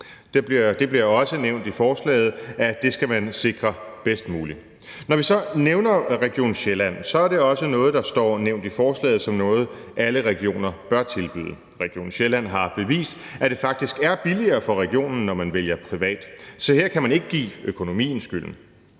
Det bliver også nævnt i forslaget, at man skal sikre det bedst muligt. Når vi så nævner Region Sjælland, er det også noget, der står nævnt i forslaget som noget, alle regioner bør tilbyde. Region Sjælland har bevist, at det faktisk er billigere for regionen, når man vælger privat, så her kan man ikke give økonomien skylden.